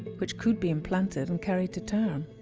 which could be implanted and carried to term.